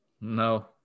No